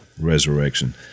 resurrection